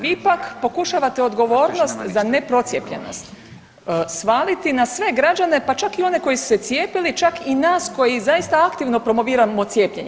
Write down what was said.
Vi pak pokušavate odgovornost za ne procijepljenost svaliti na sve građane pa čak i one koji su se cijepili, čak i nas koji zaista aktivno promoviramo cijepljenje.